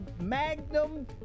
magnum